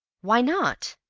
why not?